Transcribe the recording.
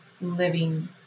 living